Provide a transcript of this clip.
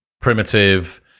primitive